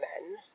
men